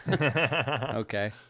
Okay